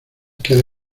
queda